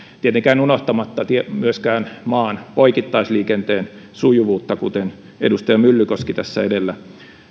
tietenkään unohtamatta myöskään maan poikittaisliikenteen sujuvuutta kuten edustaja myllykoski tässä edellä